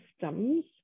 systems